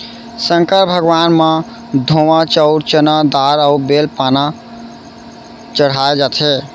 संकर भगवान म धोवा चाउंर, चना दार अउ बेल पाना चड़हाए जाथे